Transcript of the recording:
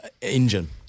engine